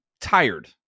tired